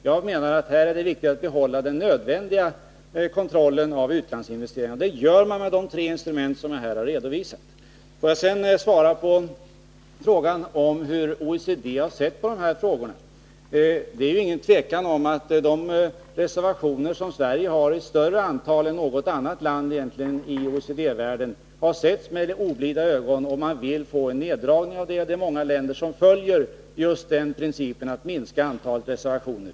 Jag menar att det här är riktigt att behålla den nödvändiga kontrollen av utlandsinvesteringar. Det gör man med de tre instrument som jag har redovisat. Sedan till frågan om hur OECD har sett på de här frågorna. Det är inget tvivel om att de reservationer som Sverige har i ett större antal än egentligen något annat land inom OECD-världen har setts med oblida ögon. Man vill få en neddragning till stånd. Och det är många länder som följer just principen att minska antalet reservationer.